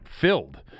filled